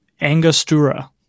Angostura